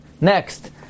Next